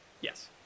Yes